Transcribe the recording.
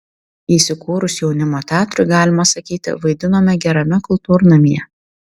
įsikūrus jaunimo teatrui galima sakyti vaidinome gerame kultūrnamyje